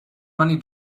money